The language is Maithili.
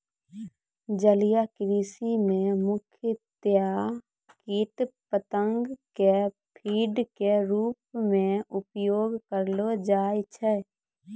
जलीय कृषि मॅ मुख्यतया कीट पतंगा कॅ फीड के रूप मॅ उपयोग करलो जाय छै